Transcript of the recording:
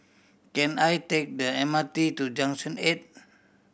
can I take the M R T to Junction Eight